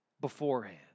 beforehand